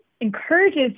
encourages